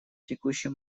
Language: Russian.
текущий